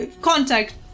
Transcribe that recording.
contact